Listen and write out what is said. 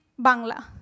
Bangla